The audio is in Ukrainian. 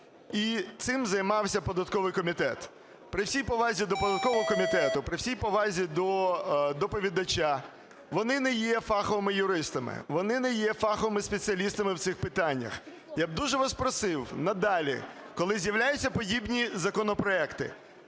І цим займався податковий комітет. При всій повазі до податкового комітету, при всій повазі до доповідача, вони не є фаховими юристами, вони не є фаховими спеціалістами в цих питаннях. Я б дуже вас просив надалі, коли з'являються подібні законопроекти,